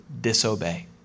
disobey